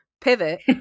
pivot